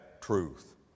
truth